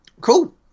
Cool